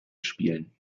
spielen